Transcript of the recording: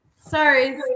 sorry